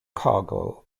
cargo